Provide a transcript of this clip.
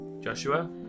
Joshua